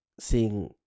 seeing